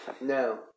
No